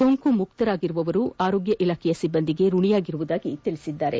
ಸೋಂಕುಮುಕ್ತರಾಗಿರುವವರು ಆರೋಗ್ಯ ಇಲಾಖೆಯ ಸಿಬ್ಬಂದಿಗೆ ಋಣಿಯಾಗಿರುವುದಾಗಿ ತಿಳಿಸಿದ್ದಾರೆ